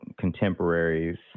contemporaries